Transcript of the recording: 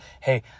hey